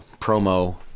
promo